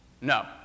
No